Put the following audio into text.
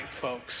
folks